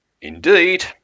Indeed